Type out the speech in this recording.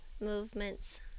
movements